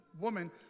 woman